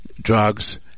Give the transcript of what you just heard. Drugs